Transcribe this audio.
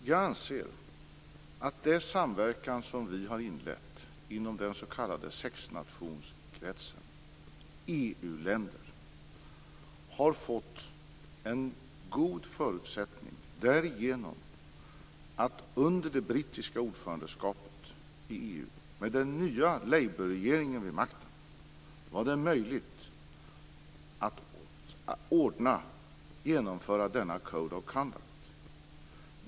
Fru talman! Jag anser att den samverkan som vi har inlett inom den s.k. sexnationskretsen - EU länder - har fått en god förutsättning genom att det under det brittiska ordförandeskapet i EU, med den nya Labourregeringen vid makten, var möjligt att genomföra denna code of conduct.